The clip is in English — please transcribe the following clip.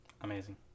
Amazing